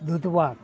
દૂધ પાક